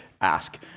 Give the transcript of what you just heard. ask